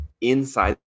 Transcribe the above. inside